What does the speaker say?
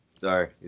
Sorry